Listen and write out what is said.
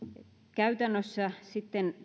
käytännössä sitten